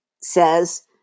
says